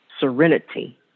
serenity